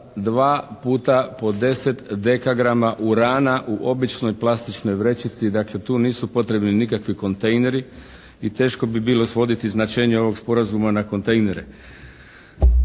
dva puta po 10 dekagrama urana u običnoj plastičnoj vrećici. Dakle, tu nisu potrebni nikakvi kontejneri i teško bi bilo svoditi značenje ovog sporazuma na kontejnere